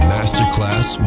Masterclass